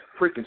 freaking